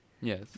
Yes